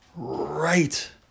right